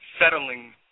settling